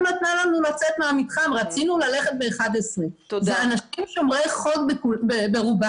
נתנה לנו לצאת מהמתחם רצינו ללכת ב-23:00' זה אנשים שומרי חוק ברובם.